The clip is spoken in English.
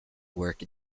work